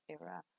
era